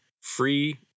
free